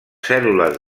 cèl·lules